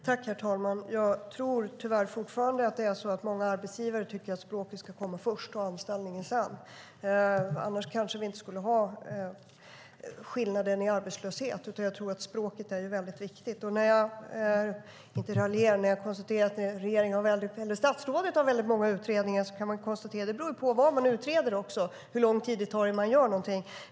Herr talman! Jag tror tyvärr att många arbetsgivare fortfarande tycker att språket ska komma först och anställningen sedan, annars kanske vi inte skulle ha skillnaden i arbetslöshet. Jag tror att språket är väldigt viktigt. När jag konstaterar att statsrådet har väldigt många utredningar så kan jag också konstatera att hur lång tid det tar innan man gör någonting beror på vad man utreder.